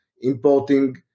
importing